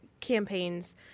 campaigns